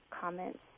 comments